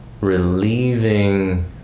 relieving